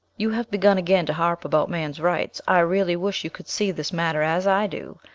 you have begun again to harp about man's rights i really wish you could see this matter as i do.